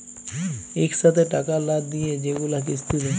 ইকসাথে টাকা লা দিঁয়ে যেগুলা কিস্তি দেয়